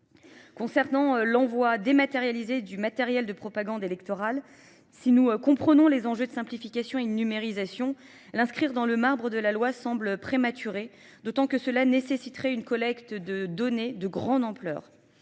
Concernant l'envoi dématérialisé du matériel de propagande électoral, si nous comprenons les enjeux de simplification et numérisation, l'inscrire dans le marbre de la loi semble prématuré, d'autant que cela nécessiterait une collecte de données de grande ampleur.